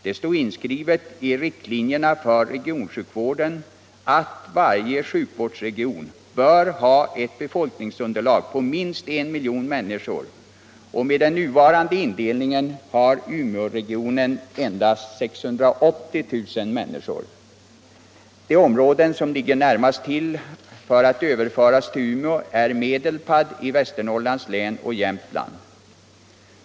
Det står inskrivet i riktlinjerna för regionsjukvården att varje sjukvårdsregion bör ha ett befolkningsunderliag på minst I miljon människor, och med den nuvarande indelningen har Umeåregionen endast 680 000 människor. De områden som ligger närmast till för att överföras till Umeå är Medelpad i Västernorrlands län och Jämtland.